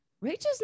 Rachel's